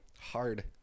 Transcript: Hard